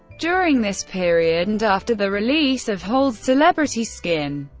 during this period, and after the release of hole's celebrity skin,